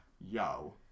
yo